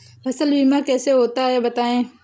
फसल बीमा कैसे होता है बताएँ?